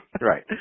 Right